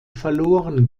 verloren